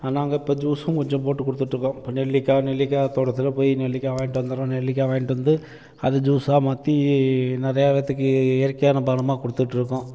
நாங்கள் இப்போ ஜூஸும் கொஞ்சம் போட்டு கொடுத்துட்ருக்கோம் இப்போ நெல்லிக்காய் நெல்லிக்காய் தோட்டத்தில் போய் நெல்லிக்காய் வாங்கிட்டு வந்துடறோம் நெல்லிக்காய் வாங்கிட்டு வந்து அதை ஜூஸாக மாற்றி நிறையா பேத்துக்கு இயற்கையான பானமாக கொடுத்துட்ருக்கோம்